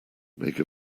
make